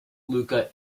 lucca